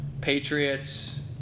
patriots